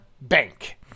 bank